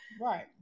Right